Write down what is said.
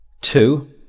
two